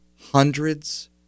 hundreds